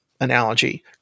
analogy